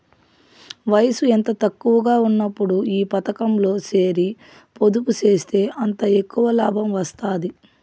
వయసు ఎంత తక్కువగా ఉన్నప్పుడు ఈ పతకంలో సేరి పొదుపు సేస్తే అంత ఎక్కవ లాబం వస్తాది